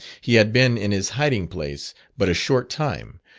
he had been in his hiding-place but a short time,